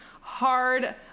hard